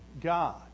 God